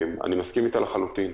אני מסכים אתך לחלוטין.